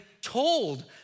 told